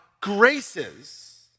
graces